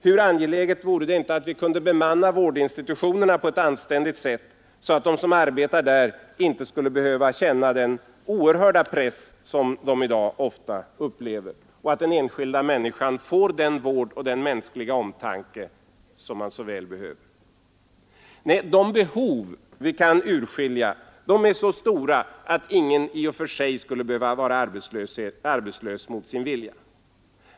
Hur angeläget vore det inte att kunna bemanna våra vårdinstitutioner på anständigt sätt, så att de som arbetar där inte skulle behöva känna den oerhörda press som de i dag ofta upplever, och så att den enskilda människan får den vård och den mänskliga omtanke som man så väl behöver. Nej, de behov som kan urskiljas är så stora att ingen skulle behöva vara arbetslös mot sin vilja.